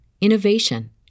innovation